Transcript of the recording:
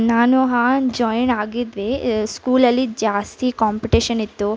ನಾನು ಹಾಂ ಜಾಯಿನ್ ಆಗಿದ್ವಿ ಸ್ಕೂಲಲಿ ಜಾಸ್ತಿ ಕಾಂಪಿಟಿಷನ್ ಇತ್ತು